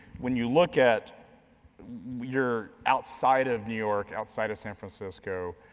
when you look at your outside of new york, outside of san francisco,